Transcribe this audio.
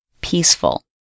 peaceful